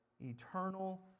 eternal